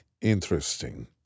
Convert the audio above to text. interesting